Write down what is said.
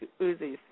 Uzis